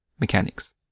mechanics